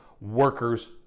workers